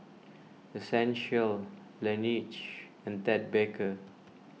Essential Laneige and Ted Baker